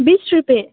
बिस रुपियाँ